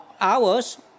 hours